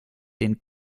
den